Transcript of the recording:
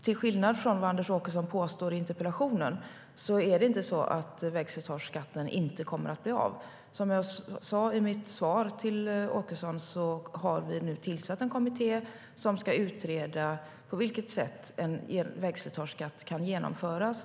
Till skillnad från vad Anders Åkesson påstår i interpellationen är det inte så att vägslitageskatten inte kommer att bli av. Som jag sa i mitt svar till Anders Åkesson har vi nu tillsatt en kommitté som ska utreda på vilket sätt en vägslitageskatt kan genomföras.